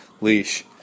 leash